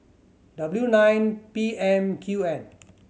W nine P M Q N